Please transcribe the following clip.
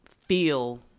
feel